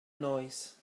noise